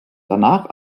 danach